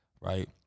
Right